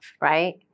right